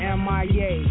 mia